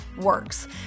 works